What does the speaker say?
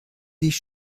sich